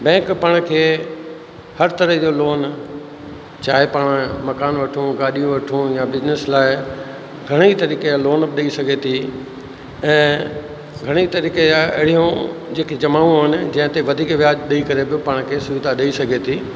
bank पाण खे हर तरह जो लोन चाहे पाण मकानु वठूं गाॾी वठूं या बिजनेस लाइ घणई तरीक़े जा लोन बि ॾई सघे ती ऐं घणी तरीक़े जा अहिड़ियूं जे की जमाऊं आइन जें तें वधीकु व्याज ॾेई करे ब पाण खे सुविधा ॾई सघे थी